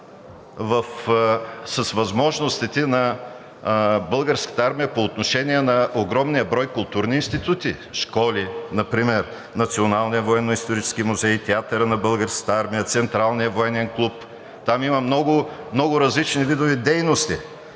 с възможностите на Българската армия по отношение на огромния брой културни институти, школи. Например Националният военно-исторически музей, Театърът на българската армия, Централният военен клуб. Там има много различни видове дейности